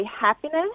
happiness